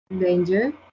danger